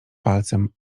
palcem